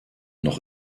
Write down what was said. noch